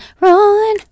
rolling